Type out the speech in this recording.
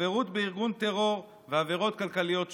חברות בארגון טרור ועבירות כלכליות שונות.